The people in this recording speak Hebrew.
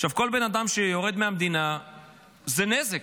כל בן אדם שיורד מהמדינה זה נזק,